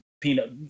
peanut